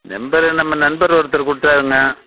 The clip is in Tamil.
நம்பரு நம்ம நண்பர் ஒருத்தர் கொடுத்தாருங்க